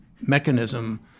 mechanism